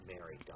married